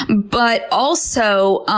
but also,